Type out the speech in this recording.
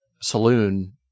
saloon